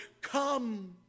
come